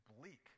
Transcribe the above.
bleak